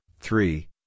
three